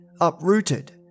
uprooted